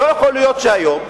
לא יכול להיות שהיום,